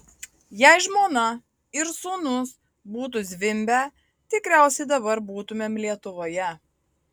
jei žmona ir sūnus būtų zvimbę tikriausiai dabar būtumėm lietuvoje